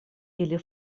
ili